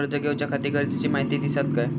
कर्ज घेऊच्याखाती गरजेची माहिती दितात काय?